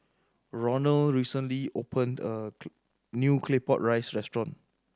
Ronal recently opened a new Claypot Rice restaurant